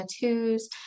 tattoos